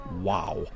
Wow